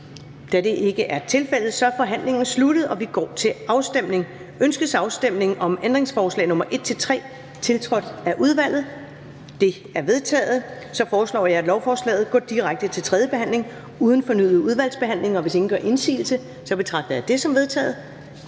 Afstemning Første næstformand (Karen Ellemann): Ønskes afstemning om ændringsforslag nr. 1-3, tiltrådt af udvalget? De er vedtaget. Så foreslår jeg, at lovforslaget går direkte til tredje behandling uden fornyet udvalgsbehandling. Og hvis ingen gør indsigelse, betragter jeg det som vedtaget.